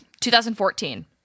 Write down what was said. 2014